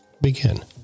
Begin